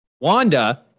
Wanda